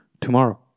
tomorrow